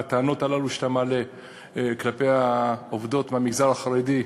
הטענות הללו שאתה מעלה לגבי העובדות מהמגזר החרדי,